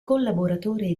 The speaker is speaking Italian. collaboratore